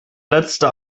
letzte